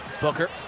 Booker